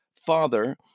father